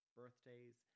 birthdays